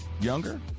Younger